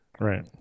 Right